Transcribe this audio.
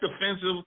defensive